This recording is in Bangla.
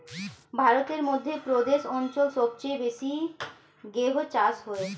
ভারতের মধ্য প্রদেশ অঞ্চল সবচেয়ে বেশি গেহু চাষ হয়